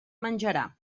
menjarà